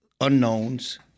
unknowns